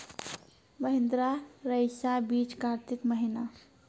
महिंद्रा रईसा बीज कार्तिक महीना?